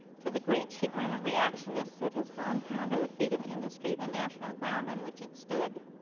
to the great chagrin of reactionists, it has drawn from under the feet of industry the national ground on which it stood,